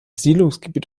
siedlungsgebiet